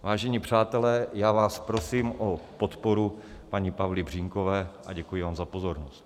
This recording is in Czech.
Vážení přátelé, já vás prosím o podporu paní Pavly Břínkové a děkuji vám za pozornost.